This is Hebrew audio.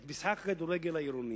את משחק הכדורגל העירוני,